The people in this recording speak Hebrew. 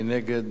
מי נגד?